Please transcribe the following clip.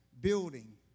building